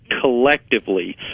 collectively